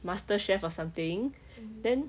masterchef or something then